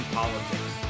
politics